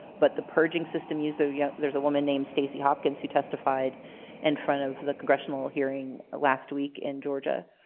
but the purging system used. so yeah there's a woman named stacey hopkins who testified in and front of the congressional hearing last week in georgia.